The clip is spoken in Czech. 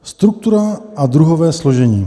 Struktura a druhové složení.